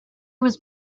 was